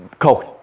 cooked,